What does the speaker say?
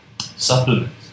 supplements